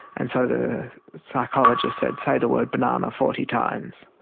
and so the psychologist said, say the word banana forty times.